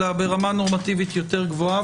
אלא ברמה נורמטיבית יותר גבוהה,